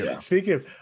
Speaking